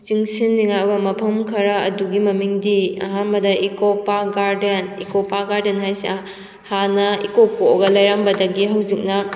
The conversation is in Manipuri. ꯆꯤꯡꯁꯤꯟꯅꯤꯡꯉꯥꯏ ꯑꯣꯏꯕ ꯃꯐꯝ ꯈꯔ ꯑꯗꯨꯒꯤ ꯃꯃꯤꯡꯗꯤ ꯑꯍꯥꯟꯕꯗ eco park garden eco park garden ꯍꯥꯏꯕꯁꯦ ꯍꯥꯟꯅ ꯏꯀꯣꯛ ꯀꯣꯛꯑꯒ ꯂꯩꯔꯝꯕꯗꯒꯤ ꯍꯧꯖꯤꯛꯅ